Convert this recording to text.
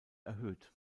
erhöht